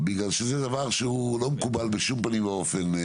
בגלל שזה דבר שהוא לא מקובל בשום פנים ואופן.